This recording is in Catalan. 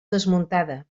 desmuntada